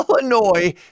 Illinois